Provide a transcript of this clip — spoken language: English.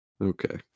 Okay